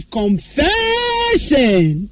confession